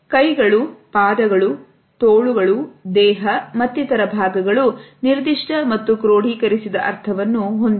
ಕೈಗಳು ಪಾದಗಳು ತೋಳುಗಳು ದೇಹ ಮತ್ತಿತರ ಭಾಗಗಳು ನಿರ್ದಿಷ್ಟ ಮತ್ತು ಕ್ರೋಡೀಕರಿಸಿದ ಅರ್ಥವನ್ನು ಹೊಂದಿದೆ